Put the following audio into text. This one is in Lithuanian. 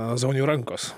zauniui rankos